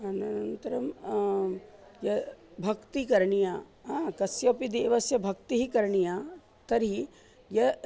अनन्तरं या भक्तिः करणीया आ कस्यपि देवस्य भक्तिः करणीया तर्हि य